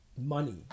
money